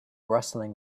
rustling